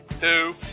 Two